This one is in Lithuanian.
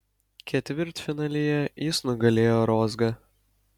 ketvirtfinalyje jis nugalėjo rozgą